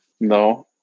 No